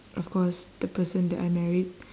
of course the person that I married